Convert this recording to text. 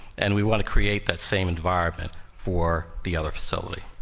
and we want to create that same environment for the other facility.